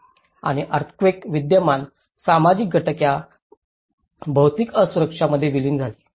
आणि अर्थक्वेकत विद्यमान सामाजिक घटक या भौतिक असुरक्षा मध्ये विलीन झाले